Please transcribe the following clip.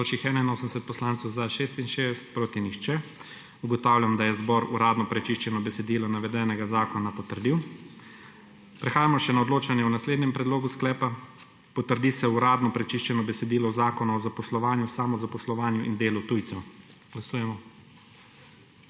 proti nihče. (Za je glasovalo 66.) (Proti nihče.) Ugotavljam, da je zbor uradno prečiščeno besedilo navedenega zakona potrdil. Prehajamo še na odločanje o naslednjem predlogu sklepa: »Potrdi se uradno prečiščeno besedilo zakona o zaposlovanju, samozaposlovanju in delu tujcev.« Glasujemo.